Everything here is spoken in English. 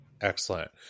Excellent